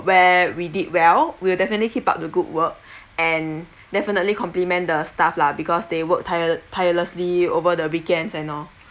where we did well we will definitely keep up the good work and definitely compliment the staff lah because they work tire~ tirelessly over the weekends and all